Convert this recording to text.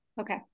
Okay